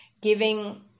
giving